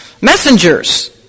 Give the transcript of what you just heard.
messengers